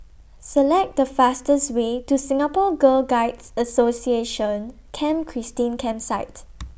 Select The fastest Way to Singapore Girl Guides Association Camp Christine Campsite